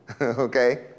Okay